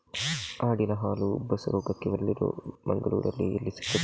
ಆಡಿನ ಹಾಲು ಉಬ್ಬಸ ರೋಗಕ್ಕೆ ಒಳ್ಳೆದು, ಮಂಗಳ್ಳೂರಲ್ಲಿ ಎಲ್ಲಿ ಸಿಕ್ತಾದೆ?